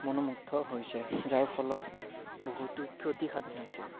মনোমুগ্ধ হৈছে যাৰ ফলত বহুতো ক্ষতি সাধন হৈছে